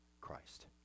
Christ